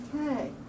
okay